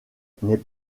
n’est